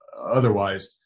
Otherwise